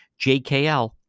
jkl